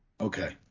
Okay